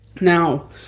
Now